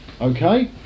okay